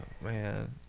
man